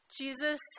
Jesus